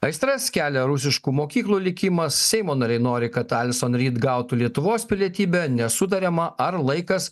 aistras kelia rusiškų mokyklų likimas seimo nariai nori kad alison ryd gautų lietuvos pilietybę nesutariama ar laikas